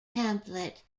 pamphlet